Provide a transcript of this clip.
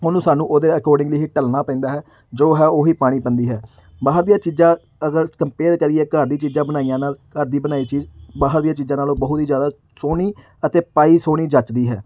ਉਹਨੂੰ ਸਾਨੂੰ ਉਹਦੇ ਅਕੋਰਡਿੰਗਲੀ ਹੀ ਢਲਣਾ ਪੈਂਦਾ ਹੈ ਜੋ ਹੈ ਉਹ ਹੀ ਪਾਉਣੀ ਪੈਂਦੀ ਹੈ ਬਾਹਰ ਦੀਆਂ ਚੀਜ਼ਾਂ ਅਗਰ ਕੰਪੇਅਰ ਕਰੀਏ ਘਰ ਦੀਆਂ ਚੀਜ਼ਾਂ ਬਣਾਈਆਂ ਨਾਲ ਘਰ ਦੀ ਬਣਾਈ ਚੀਜ਼ ਬਾਹਰ ਦੀਆਂ ਚੀਜ਼ਾਂ ਨਾਲੋਂ ਬਹੁਤ ਹੀ ਜ਼ਿਆਦਾ ਸੋਹਣੀ ਅਤੇ ਪਾਈ ਸੋਹਣੀ ਜੱਚਦੀ ਹੈ